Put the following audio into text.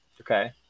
okay